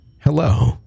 hello